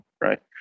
right